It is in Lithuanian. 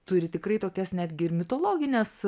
turi tikrai tokias netgi ir mitologines